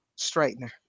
straightener